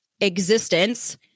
existence